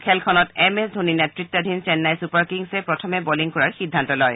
খেলখনত M S Dhoni নেত্ৰত্বাধীন Chennai super kings প্ৰথমে বলিং কৰাৰ সিদ্ধান্ত লয়